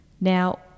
now